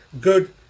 good